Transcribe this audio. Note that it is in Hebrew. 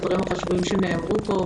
הדברים החשובים שנאמרו פה,